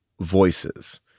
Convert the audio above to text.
voices